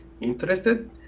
interested